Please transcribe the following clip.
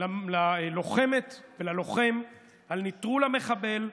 ללוחמת וללוחם, על נטרול המחבל.